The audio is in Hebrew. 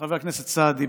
חבר הכנסת סעדי,